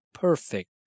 perfect